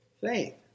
faith